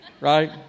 right